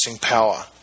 power